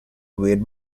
wade